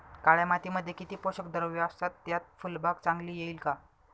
काळ्या मातीमध्ये किती पोषक द्रव्ये असतात, त्यात फुलबाग चांगली येईल का?